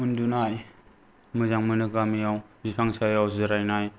उन्दुनाय मोजां मोनो गामियाव बिफां सायायाव जिरायनाय